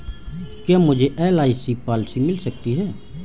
क्या मुझे LIC policy मिल सकती है?